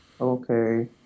Okay